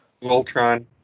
Voltron